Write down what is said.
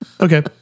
Okay